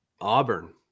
Auburn